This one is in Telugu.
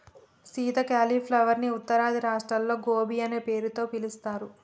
సీత క్యాలీఫ్లవర్ ని ఉత్తరాది రాష్ట్రాల్లో గోబీ అనే పేరుతో పిలుస్తారు